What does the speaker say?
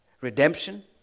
redemption